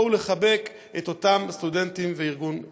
ולבוא ולחבק את אותם סטודנטים ואת הארגון החשוב.